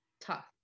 tough